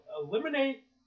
eliminate